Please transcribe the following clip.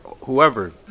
whoever